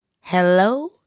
Hello